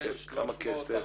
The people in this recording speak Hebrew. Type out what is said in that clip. כמה כסף?